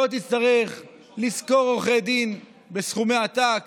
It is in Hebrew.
לא תצטרך לשכור עורכי דין בסכומי עתק